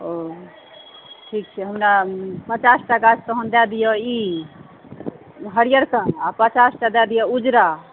ओ ठीक छै हमरा पचासटा गाछ तहन दए दिअ ई हरिहरका आ पचासटा दए दिअ उजरा